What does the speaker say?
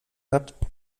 habt